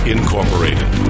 Incorporated